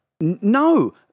No